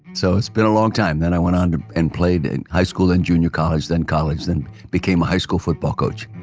so, it's been a long time. and, then i went on and played in high school and junior college, then, college, then became a high school football coach